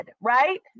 right